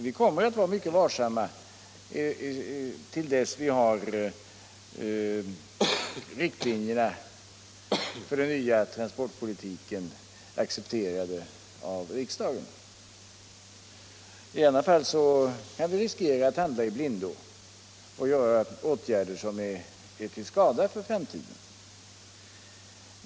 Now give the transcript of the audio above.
Vi kommer att vara mycket varsamma i avvaktan på att vi får riktlinjerna för den nya transportpolitiken accepterade av riksdagen. I annat fall riskerar vi att handla i blindo och vidta åtgärder som är till skada för framtiden.